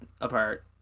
apart